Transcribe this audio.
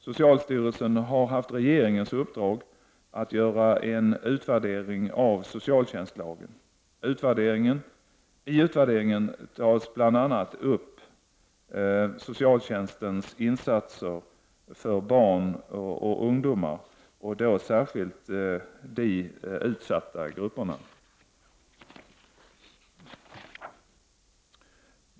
Socialstyrelsen har haft regeringens uppdrag att göra en utvärdering av socialtjänstlagen. I utvärderingen tas bl.a. upp socialtjänstens insatser för barn och ungdomar och då särskilt de utsatta grupperna.